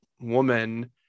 woman